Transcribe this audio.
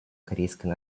корейской